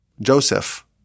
Joseph